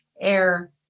air